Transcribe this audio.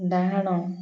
ଡାହାଣ